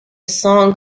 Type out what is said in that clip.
song